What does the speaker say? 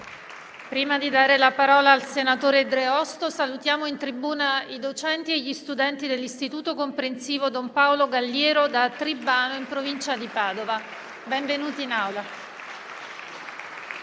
link apre una nuova finestra"). Salutiamo in tribuna i docenti e gli studenti dell'Istituto comprensivo «Don Paolo Galliero» da Tribano, in provincia di Padova. Benvenuti in Aula.